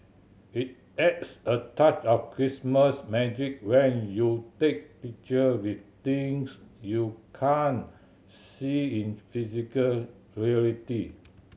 it adds a touch of Christmas magic when you take picture with things you can't see in physical reality